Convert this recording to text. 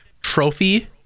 trophy